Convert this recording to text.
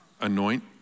anoint